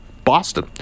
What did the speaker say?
Boston